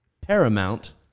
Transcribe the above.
paramount